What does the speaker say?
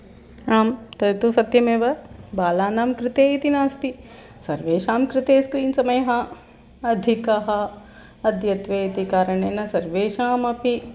आम् तत्तु सत्यमेव बालानां कृते इति नास्ति सर्वेषां कृते स्क्रीन् समयः अधिकः अद्यत्वे इति कारणेन सर्वेषामपि